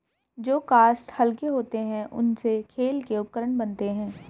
जो काष्ठ हल्के होते हैं, उनसे खेल के उपकरण बनते हैं